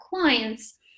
clients